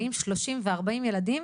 באים 30 ו-40 ילדים